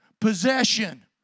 possession